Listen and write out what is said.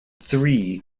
three